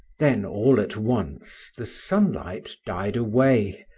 then all at once the sunlight died away,